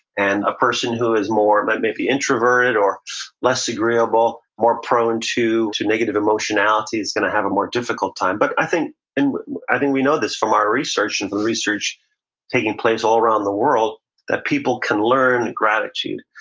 and a person who is more but maybe introvert or less agreeable, more prone to to negative emotionality is going to have a more difficult time, but i think and i think we know this from our research and from the research taking place all around the world that people can learn gratitude.